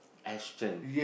Aston